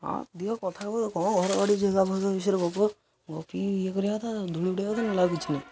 ହଁ ଦିଅ କଥାକୁ କ'ଣ ଘରବାଡ଼ି ଜମିଜମା ବିଷୟରେ ଗପିବ ଗପିକି ଇଏ କରିବା କଥା ଧୂଳି ଉଡ଼େଇବା କଥା ନହେଲେ ଆଉ କିଛି ନାହିଁ